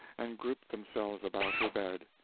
and grouped themselves about her bed,